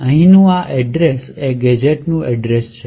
અહીંનું આ એડ્રેશ એ ગેજેટનું એડ્રેશ છે